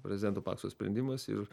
prezidento pakso sprendimas ir